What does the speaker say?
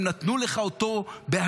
הם נתנו לך אותו בהשאלה,